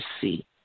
see